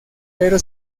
pero